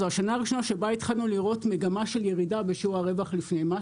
זו השנה הראשונה שבה התחלנו לראות מגמה של ירידה בשיעור הרווח לפני מס.